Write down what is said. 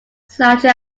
slightly